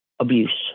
abuse